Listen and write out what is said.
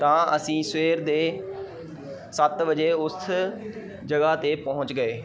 ਤਾਂ ਅਸੀਂ ਸਵੇਰ ਦੇ ਸੱਤ ਵਜੇ ਉਸ ਜਗ੍ਹਾ 'ਤੇ ਪਹੁੰਚ ਗਏ